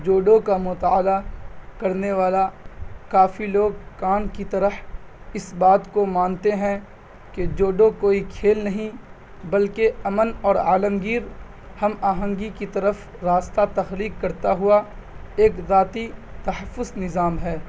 judo کا مطالعہ کرنے والا کافی لوگ کان کی طرح اس بات کو مانتے ہیں کہ جوڈو کوئی کھیل نہیں بلکہ امن اور عالمگیر ہم آہنگی کی طرف راستہ تخلیق کرتا ہوا ایک ذاتی تحفظ نظام ہے